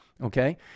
okay